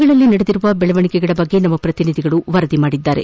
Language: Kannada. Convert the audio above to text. ಜಿಲ್ಲೆಗಳಲ್ಲಿ ನಡೆದಿರುವ ಬೆಳವಣಿಗೆಗಳ ಬಗ್ಗೆ ನಮ್ಮ ಪ್ರತಿನಿಧಿಗಳು ವರದಿ ಮಾಡಿದ್ದಾರೆ